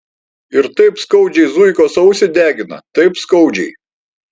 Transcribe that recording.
ir taip skaudžiai zuikos ausį degina taip skaudžiai